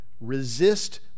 resist